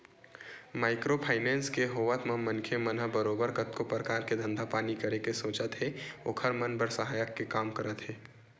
micro finance के होवत म मनखे मन ह बरोबर कतको परकार के धंधा पानी करे के सोचत हे ओखर मन बर सहायक के काम करत हे